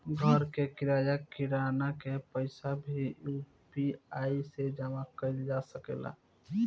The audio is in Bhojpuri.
घर के किराया, किराना के पइसा भी यु.पी.आई से जामा कईल जा सकेला